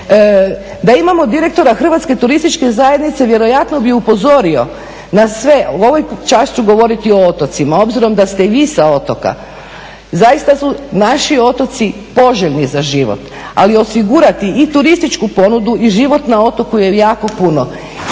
Da imamo direktora HTZ-a vjerojatno bi upozorio na sve, a ovaj čas ću govoriti o otocima, obzirom da ste i vi sa otoka. Zaista su naši otoci poželjni za život ali osigurati i turističku ponudu i život na otoku je jako puno.